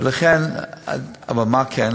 אבל מה כן?